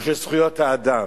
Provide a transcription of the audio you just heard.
או של זכויות האדם?